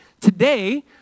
Today